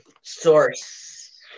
source